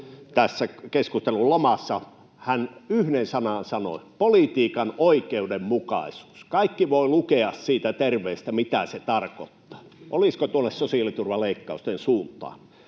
tässä keskustelun lomassa. Hän sanoi yhden sanan: politiikan oikeudenmukaisuus. Kaikki voi lukea siitä terveiset, mitä se tarkoittaa. Olisiko tuonne sosiaaliturvaleikkausten suuntaan?